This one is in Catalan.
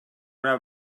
una